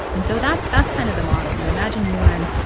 and so that's that's kind of the model. you know, imagine you learn,